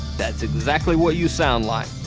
that's exactly what you sound like.